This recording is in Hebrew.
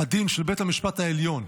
הדין של בית המשפט העליון,